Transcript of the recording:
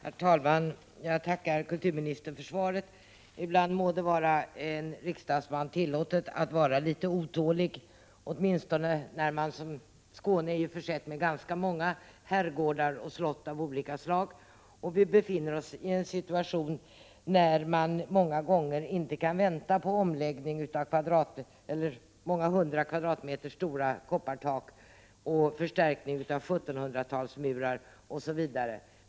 Herr talman! Jag tackar kulturministern för svaret. Ibland må det vara en riksdagsman tillåtet att vara litet otålig, åtminstone i ett fall som detta. Skåne är ju försett med ganska många herrgårdar och slott av olika slag, och vi befinner oss i en situation där man många gånger inte kan vänta på omläggning av många hundra kvadratmeter stora koppartak och förstärkning av 1700-talsmurar osv.